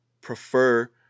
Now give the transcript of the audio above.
prefer